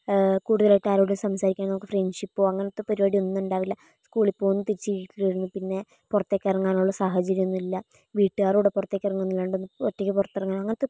കൂടുതലായിട്ട് ആരോടും സംസാരിക്കാൻ നമുക്ക് ഫ്രണ്ട്ഷിപ്പോ അങ്ങനത്തെ പരിപാടി ഒന്നും ഉണ്ടാവില്ല സ്കൂളിൽ പോകുന്നു തിരിച്ചു വീട്ടിൽ വരുന്നു പിന്നേ പുറത്തേക്കിറങ്ങാനുള്ള സാഹചര്യമൊന്നുമില്ല വീട്ടുകാരോടൊപ്പം പുറത്തേക്കിറങ്ങുന്നും ഒന്നുമില്ലാണ്ട് ഒന്ന് ഒറ്റയ്ക്ക് പുറത്തിറങ്ങുക അങ്ങനത്തെ